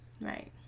Right